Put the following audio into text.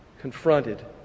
confronted